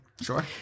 Sure